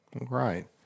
right